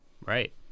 Right